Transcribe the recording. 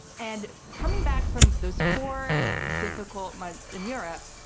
and coming back from those four difficult months in europe,